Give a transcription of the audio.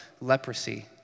leprosy